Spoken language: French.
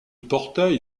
portail